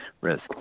risk